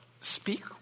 speak